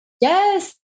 yes